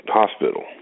hospital